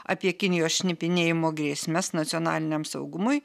apie kinijos šnipinėjimo grėsmes nacionaliniam saugumui